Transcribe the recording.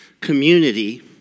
Community